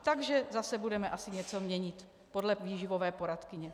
Takže zase budeme asi něco měnit podle výživové poradkyně.